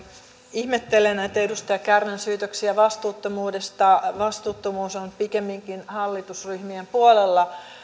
ihmettelen näitä edustaja kärnän syytöksiä vastuuttomuudesta vastuuttomuus on pikemminkin hallitusryhmien puolella